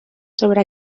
sobre